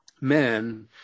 men